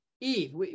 Eve